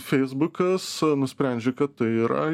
feisbukas nusprendžia kad tai yra